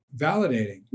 validating